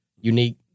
unique